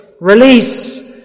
release